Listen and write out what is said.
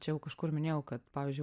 čia jau kažkur minėjau kad pavyzdžiui